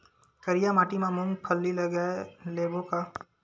करिया माटी मा मूंग फल्ली लगय लेबों का?